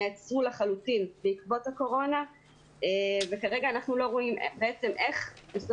נעצרו לחלוטין בעקבות הקורונה וכרגע אנחנו לא רואים איך משרד